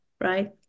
right